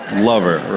lover.